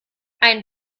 ein